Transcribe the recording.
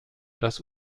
das